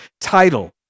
title